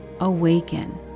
awaken